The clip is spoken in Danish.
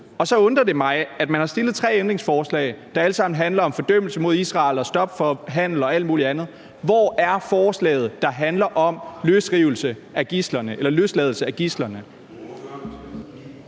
og så undrer det mig, at man har fremsat tre forslag, der alle sammen handler om fordømmelsen af Israel og stop for handel og alt muligt andet. Hvor er forslaget, der handler om løsladelse af gidslerne?